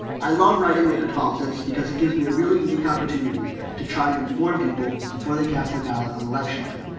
i love writing wake up to politics because it gives me a really unique opportunity to try and inform people before they cast their ballot on election day.